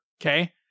okay